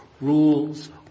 rules